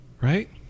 Right